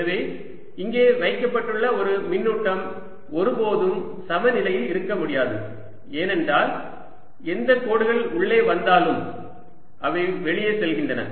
எனவே இங்கே வைக்கப்பட்டுள்ள ஒரு மின்னூட்டம் ஒருபோதும் சமநிலையில் இருக்க முடியாது ஏனென்றால் எந்த கோடுகள் உள்ளே வந்தாலும் அவை வெளியே செல்கின்றன